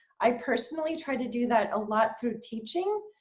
i personally try to do that a lot through teaching,